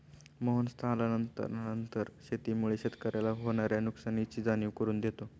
मोहन स्थानांतरण शेतीमुळे शेतकऱ्याला होणार्या नुकसानीची जाणीव करून देतो